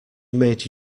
made